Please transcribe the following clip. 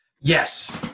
Yes